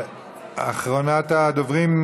אחרונת הדוברים,